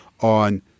on